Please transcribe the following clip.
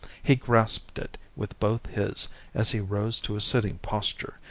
he grasped it with both his as he rose to a sitting posture,